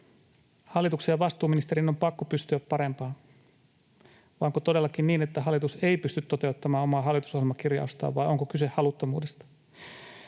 Hallituksen ja vastuuministerin on pakko pystyä parempaan, vai onko todellakin niin, että hallitus ei pysty toteuttamaan omaa hallitusohjelmakirjaustaan, vai onko kyse haluttomuudesta?